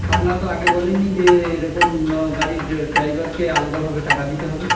আপনার তো আগে বলেননি যে এ রকম গাড়ির ড্রাইভারকে আলাদা ভাবে টাকা দিতে হবে